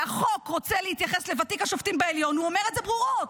כשהחוק רוצה להתייחס לוותיק השופטים בעליון הוא אומר את זה ברורות.